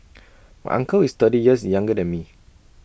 my uncle is thirty years younger than me